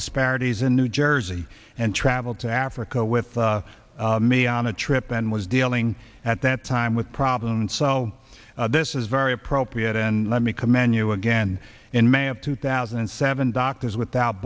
disparities in new jersey and traveled to africa with me on a trip and was dealing at that time with problems and so this is very appropriate and let me commend you again in may of two thousand and seven doctors without